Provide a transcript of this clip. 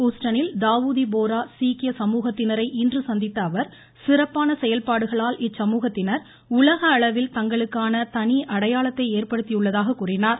ஹுஸ்டனில் தாவூதி போரா சீக்கிய சமூகத்தினரை இன்று சந்தித்த அவர் சிறப்பான செயல்பாடுகளால் இச்சமூகத்தினர் உலகஅளவில் தங்களுக்கான தனி அடையாளத்தை ஏற்படுத்தியுள்ளதாக குறிப்பிட்டார்